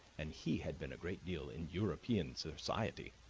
and he had been a great deal in european society.